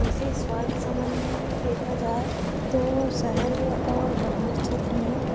वैसे स्वास्थय सम्बंधी देखा जाए तो शेहेर और ग्रामीण क्षेत्र में